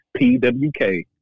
PWK